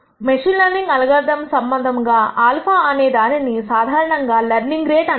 machine learning algorithms సంబంధముగా α అనే దానిని సాధారణంగా లెర్నింగ్ రేట్ అంటారు